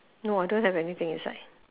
no I don't have anything inside